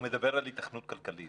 הוא מדבר על ייתכנות כלכלית.